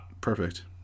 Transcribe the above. perfect